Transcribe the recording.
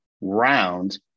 round